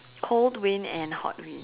cold wind and hot wind